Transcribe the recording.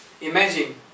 imagine